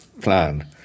plan